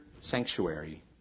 sanctuary